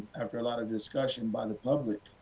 after a lot of discussion by the public,